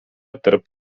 tarp